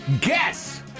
Guess